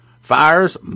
fires